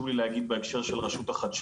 ה- SLAהוא נר לרגלנו.